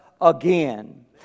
again